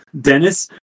Dennis